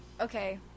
Okay